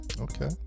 Okay